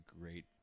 great